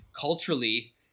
culturally